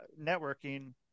networking